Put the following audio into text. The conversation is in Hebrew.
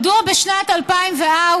מדוע בשנת 2004,